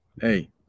Hey